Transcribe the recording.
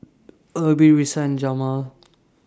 Erby Risa and Jameel